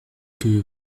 que